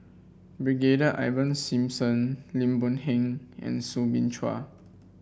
Brigadier Ivan Simson Lim Boon Heng and Soo Bin Chua